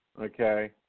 Okay